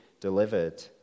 delivered